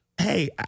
hey